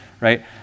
right